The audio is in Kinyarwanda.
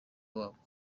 wabwo